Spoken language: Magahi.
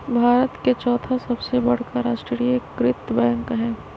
भारत के चौथा सबसे बड़का राष्ट्रीय कृत बैंक हइ